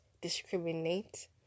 discriminate